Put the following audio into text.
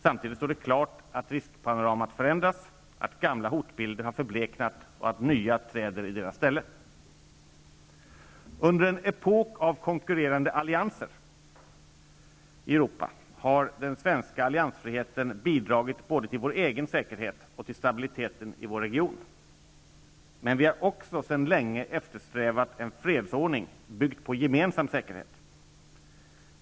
Samtidigt står det klart att riskpanoramat förändrats, att gamla hotbilder har förbleknat och att nya trätt i deras ställe. Under en epok av konkurrerande allianser i Europa har den svenska alliansfriheten bidragit både till vår egen säkerhet och till stabiliteten i vår region. Men vi har också sedan länge eftersträvat en fredsordning byggd på gemensam säkerhet.